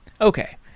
Okay